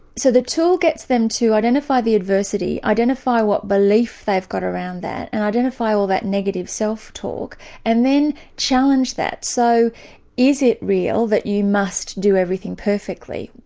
so the tool gets them to identify the adversity, identify what belief they've got around that and identify all that negative self-talk and then challenge that. so is it real that you must do everything perfectly?